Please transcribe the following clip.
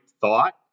thought